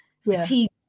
fatigue